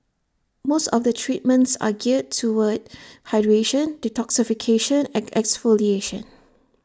most of the treatments are geared toward hydration detoxification and exfoliation